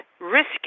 risky